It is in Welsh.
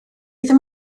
ddim